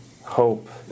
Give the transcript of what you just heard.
hope